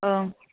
औ